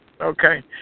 Okay